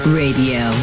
radio